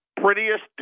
prettiest